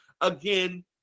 again